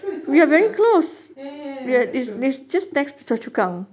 it's quite near ya ya ya